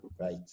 right